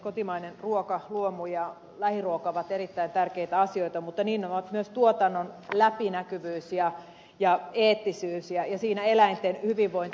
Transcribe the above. kotimainen ruoka luomu ja lähiruoka ovat erittäin tärkeitä asioita mutta niin ovat myös tuotannon läpinäkyvyys ja eettisyys ja siinä eläinten hyvinvointi